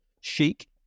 chic